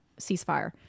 ceasefire